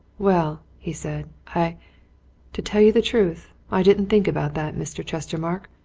well! he said. i to tell you the truth, i didn't think about that, mr. chestermarke.